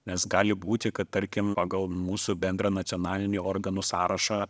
nes gali būti kad tarkim pagal mūsų bendrą nacionalinį organų sąrašą